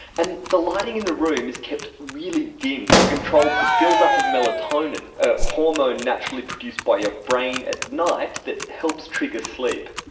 and the lighting in the room is kept really dim to control the build-up of melatonin, a hormone naturally produced by your brain at night that helps trigger sleep.